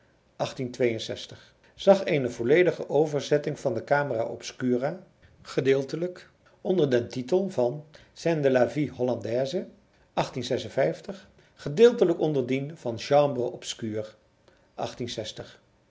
eene volledige overzetting van de camera obscura gedeeltelijk onder den titel van scènes de la hollande gedeeltelijk onder dien van chambre obscure